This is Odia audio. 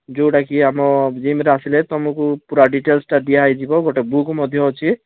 ଯେଉଁଟା କି ଆମ ଜିମ୍ରେ ଆସିଲେ ତମକୁ ପୁରା ଡିଟେଲସ୍ଟା ଦିଆହେଇ ଯିବ ଗୋଟେ ବୁକ୍ ମଧ୍ୟ ଅଛି